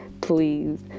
please